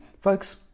Folks